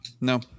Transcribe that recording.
No